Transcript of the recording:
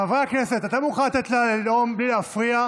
חברי הכנסת, אתם מוכנים לתת לה לנאום בלי להפריע?